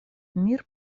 мир